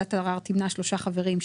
ועדת הערר תמנה שלושה חברים,